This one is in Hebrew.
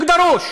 (אומר בערבית: